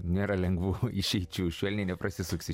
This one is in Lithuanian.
nėra lengvų išeičių švelniai neprasisuksi